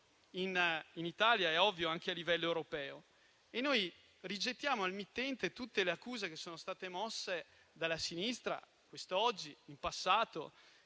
in Italia ma anche a livello europeo. Rigettiamo al mittente tutte le accuse che sono state mosse dalla sinistra quest'oggi e in passato,